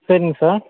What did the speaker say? சரிங்க சார்